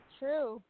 true